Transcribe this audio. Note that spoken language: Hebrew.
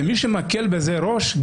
ומי שמקל בזה ראש,